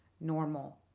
normal